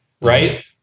Right